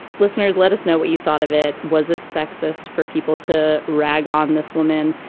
listeners, let us know what you thought of it. was it sexist for people to rag on this woman?